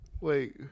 Wait